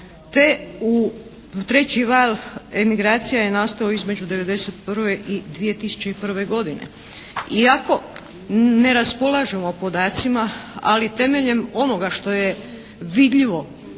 te u treći val emigracija je nastao između '91. i 2001. godine. Iako ne raspolažemo sa podacima ali temeljem onoga što je vidljivo